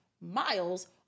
miles